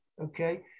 okay